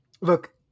Look